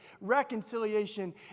reconciliation